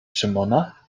szymona